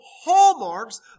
hallmarks